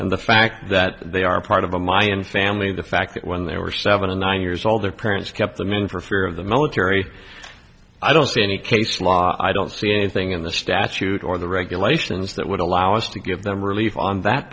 and the fact that they are part of a mayan family the fact that when they were seven and nine years old their parents kept them in for fear of the military i don't see any case law i don't see anything in the statute or the regulations that would allow us to give them relief on that